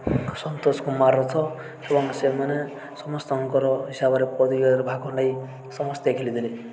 ସନ୍ତୋଷ କୁମାର ରଥ ଏବଂ ସେମାନେ ସମସ୍ତଙ୍କର ହିସାବରେ ପ୍ରତିଯୋଗିତାରେ ଭାଗ ନେଇ ସମସ୍ତେ ଖେଳିଥିଲେ